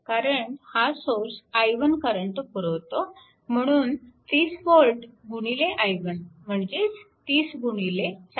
कारण हा source i1 current पुरवतो म्हणून 30V i1 म्हणजेच 30 4